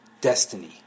destiny